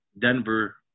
Denver